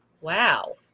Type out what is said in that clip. wow